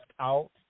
Out